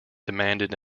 demanded